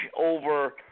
over